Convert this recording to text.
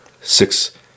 Six